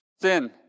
sin